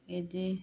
इदि